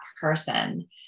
person